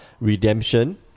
Redemption